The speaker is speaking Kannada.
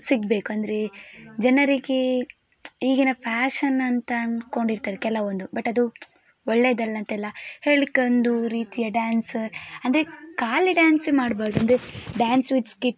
ಸಿಗಬೇಕು ಅಂದರೆ ಜನರಿಗೆ ಈಗಿನ ಫ್ಯಾಷನ್ ಅಂತ ಅಂದುಕೊಂಡಿರ್ತಾರೆ ಕೆಲವೊಂದು ಬಟ್ ಅದು ಒಳ್ಳೆದಲ್ಲಂತಲ್ಲ ಹೇಳಲಿಕ್ಕೊಂದು ಒಂದು ರೀತಿಯ ಡ್ಯಾನ್ಸ್ ಅಂದರೆ ಖಾಲಿ ಡಾನ್ಸ್ ಮಾಡಬಾರ್ದು ಅಂದರೆ ಡಾನ್ಸ್ ವಿಥ್ ಸ್ಕಿಟ್